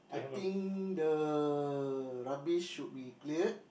I think the rubbish should be cleared